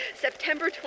September